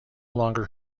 longer